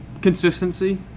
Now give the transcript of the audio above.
consistency